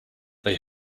they